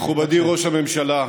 מכובדי ראש הממשלה,